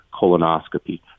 colonoscopy